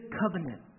covenant